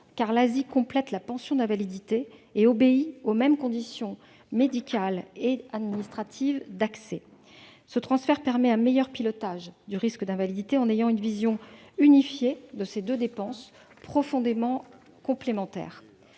car l'ASI complète la pension d'invalidité, ses bénéficiaires remplissant les mêmes conditions médicales et administratives. Ce transfert permet un meilleur pilotage du risque d'invalidité, en ayant une vision unifiée de ces deux dépenses profondément complémentaires.